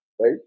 right